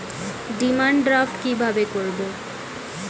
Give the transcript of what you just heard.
Demand draft কীভাবে করব?